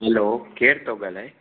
hello केरु थो ॻाल्हाए